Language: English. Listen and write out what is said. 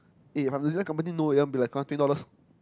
eh the company know they will be like come twenty dollars